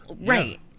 Right